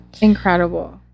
incredible